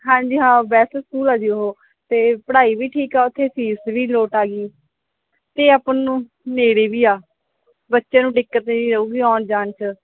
ਹਾਂਜੀ ਹਾਂ best school ਆ ਜੀ ਉਹ ਅਤੇ ਪੜ੍ਹਾਈ ਵੀ ਠੀਕ ਆ ਉੱਥੇ ਫੀਸ ਵੀ ਲੋਟ ਆ ਜੀ ਅਤੇ ਆਪਾਂ ਨੂੰ ਨੇੜੇ ਵੀ ਆ ਬੱਚੇ ਨੂੰ ਦਿੱਕਤ ਨਹੀਂ ਆਉਗੀ ਆਉਣ ਜਾਣ 'ਚ